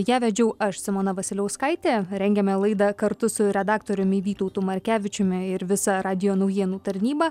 ją vedžiau aš simona vasiliauskaitė rengėme laidą kartu su redaktoriumi vytautu markevičiumi ir visa radijo naujienų tarnyba